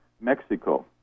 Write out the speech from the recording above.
Mexico